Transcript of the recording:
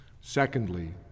Secondly